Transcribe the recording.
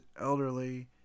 elderly